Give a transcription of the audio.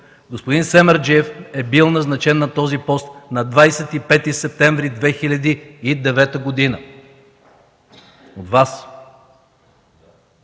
господин Семерджиев е бил назначен на този пост на 25 септември 2009 г. от Вас.